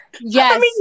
yes